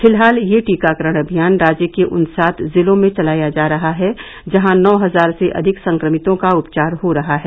फिलहाल यह टीकाकरण अभियान राज्य के उन सात जिलों में चलाया जा रहा है जहां नौ हजार से अधिक संक्रमितों का उपचार हो रहा है